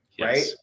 Right